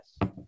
yes